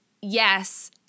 yes